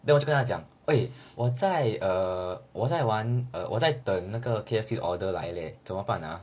then 我就跟他讲喂我在 err 我在玩 err 我在等那个 K_F_C order 来 leh 怎么办